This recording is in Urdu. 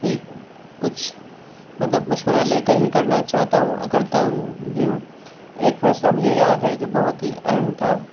ہی کچھ مطلب مشورہ لے کر ہی کرنا چاہتا ہوں اور کرتا ہوں بھی ہوں ایک فیصلہ مجھے یاد ہے جو بہت ہی اہم تھا